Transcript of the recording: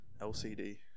LCD